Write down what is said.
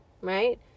Right